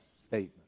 statement